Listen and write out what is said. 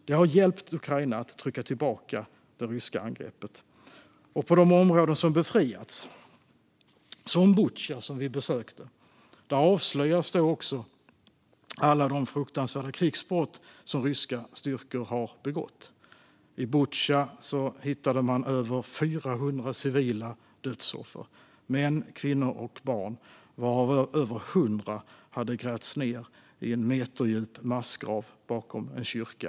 Det har hjälpt Ukraina att trycka tillbaka det ryska angreppet. I de områden som befriats - som Butja, som vi besökte - avslöjas alla de fruktansvärda krigsbrott som ryska styrkor har begått. I Butja hittade man över 400 civila dödsoffer, män, kvinnor och barn, varav över 100 hade grävts ned i en meterdjup massgrav bakom en kyrka.